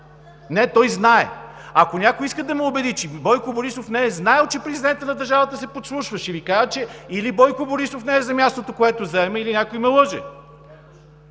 от ГЕРБ.) Ако някой иска да ме убеди, че Бойко Борисов не е знаел, че президентът на държавата се подслушва, ще Ви кажа, че или Бойко Борисов не е за мястото, което заема, или някой ме лъже!